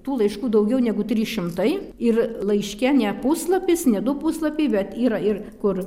tų laiškų daugiau negu trys šimtai ir laiške ne puslapis ne du puslapiai bet yra ir kur